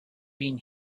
been